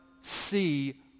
see